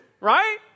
right